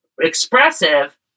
expressive